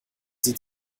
sie